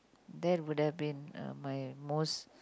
that would have been my most